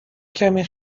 کمی